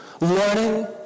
learning